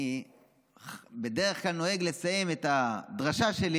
אני בדרך כלל נוהג לסיים את הדרשה שלי